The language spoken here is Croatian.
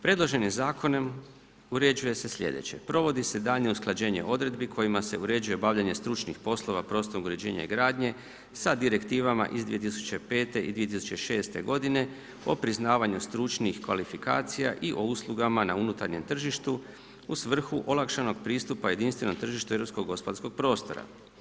Predloženim zakonom uređuje se sljedeće: Provodi se daljnje usklađenje odredbi kojima se uređuje obavljanje stručnih poslova prostornog uređenja i gradnje sa direktivama iz 2005. i 2006. godine o priznavanju stručnih kvalifikacija i o uslugama na unutarnjem tržištu u svrhu olakšanog pristupa jedinstvenom tržištu jedinstveno tržište europskog gospodarskog prostora.